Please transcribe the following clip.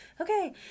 okay